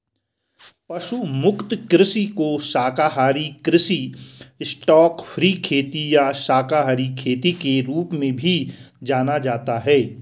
पशु मुक्त कृषि को शाकाहारी कृषि स्टॉकफ्री खेती या शाकाहारी खेती के रूप में भी जाना जाता है